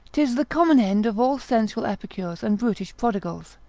tis the common end of all sensual epicures and brutish prodigals,